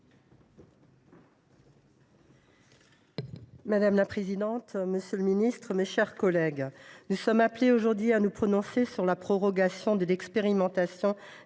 Madame la présidente, monsieur le ministre, mes chers collègues, nous sommes appelés aujourd’hui à nous prononcer sur la prorogation de l’expérimentation